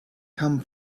come